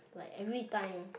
like everytime